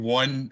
one